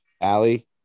Allie